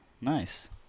nice